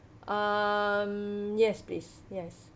um yes please yes